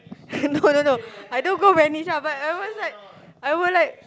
no no no I don't go vanish lah but I was like I would like